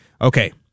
Okay